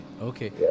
Okay